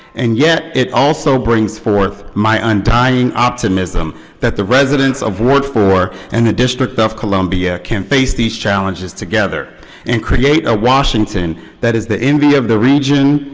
and yet it also brings forth my undying optimism that the residents of ward four and the district of columbia can face these challenges together and create a washington that is the envy of the region,